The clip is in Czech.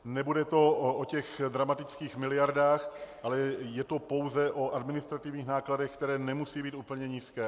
Nebude to o těch dramatických miliardách, ale je to pouze o administrativních nákladech, které nemusí být úplně nízké.